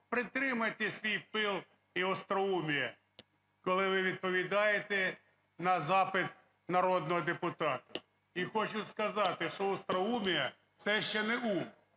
Притримайте свій пил і остроумие, коли ви відповідаєте на запит народного депутата. І хочу сказати, що остроумие – це ще не ум.